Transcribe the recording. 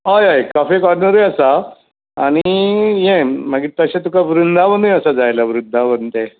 हय हय कॉफी कॉर्नरूय आसा आनी हें मागीर तशें तुका वृंदावनूय आसा जाय आल्या वृंदावन तें